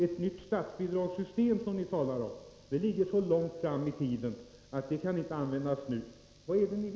Ett nytt statsbidragssystem, som ni talar om, ligger så långt fram i tiden att det inte kan användas som underlag för diskussionen nu.